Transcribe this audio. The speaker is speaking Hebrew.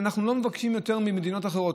ואנחנו לא מבקשים יותר ממדינות אחרות.